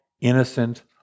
innocent